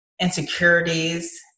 insecurities